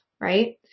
right